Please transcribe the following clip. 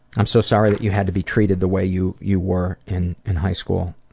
i'm so sorry that you had to be treated the way you you were in in high school